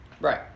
right